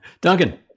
Duncan